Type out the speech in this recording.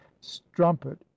strumpet